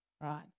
right